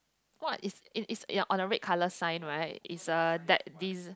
what is is is the ya on the red color sign right it's a like this